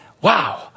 Wow